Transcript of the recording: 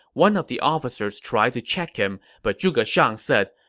one of the officers tried to check him, but zhuge shang said,